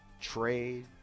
Trade